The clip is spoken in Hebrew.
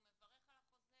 הוא מברך על החוזר,